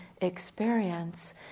experience